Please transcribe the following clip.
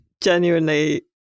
genuinely